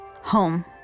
Home